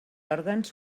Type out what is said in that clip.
òrgans